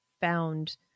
found